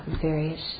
various